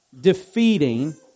defeating